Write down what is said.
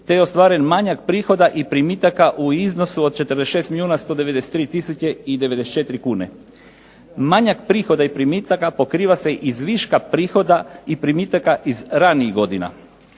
te je ostvaren manjak prihoda i primitaka u iznosu od 46 milijuna 193 tisuće i 94 kune. Manjak prihoda i primitaka pokriva se iz viška prihoda i primitaka iz ranijih godina.